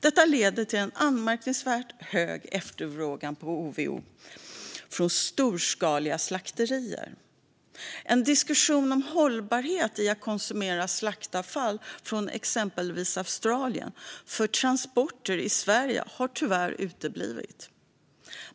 Detta leder till en anmärkningsvärt hög efterfrågan på HVO från storskaliga slakterier. En diskussion om hållbarheten i att konsumera slaktavfall från exempelvis Australien för transporter i Sverige har tyvärr uteblivit.